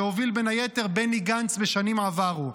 שהוביל בין היתר בני גנץ בשנים עברו.